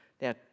Now